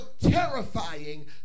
terrifying